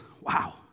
Wow